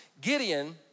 Gideon